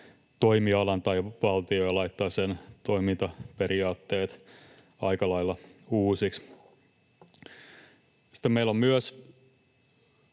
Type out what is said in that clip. toimialan tai valtion ja laittaa sen toimintaperiaatteet aika lailla uusiksi. Sitten meillä on myös